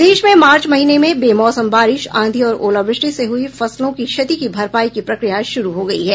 प्रदेश में मार्च महीने में बेमौसम बारिश आंधी और ओलावृष्टि से हुयी फसलों की फसलों के क्षति की भरपाई की प्रक्रिया शुरू हो गयी है